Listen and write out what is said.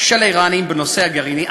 של האיראנים בנושא הגרעיני,